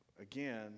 Again